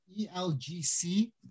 ELGC